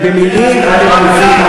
ובמילים אתם אלופים,